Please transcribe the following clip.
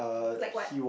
like what